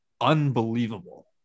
unbelievable